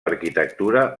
arquitectura